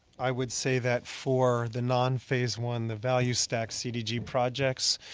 i would say that for the non-phase one, the value stacked cdg projects,